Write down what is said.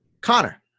Connor